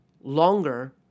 longer